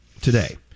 today